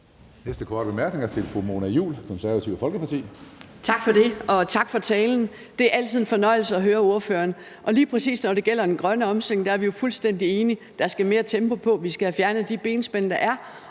Næste korte bemærkning er til fru Mona Juul, Det Konservative Folkeparti. Kl. 11:42 Mona Juul (KF): Tak for det, og tak for talen. Det er altid en fornøjelse at høre ordføreren, og lige præcis når det gælder den grønne omstilling, er vi jo fuldstændig enige. Der skal mere tempo på, vi skal have fjernet de benspænd, der er,